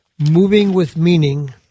Movingwithmeaning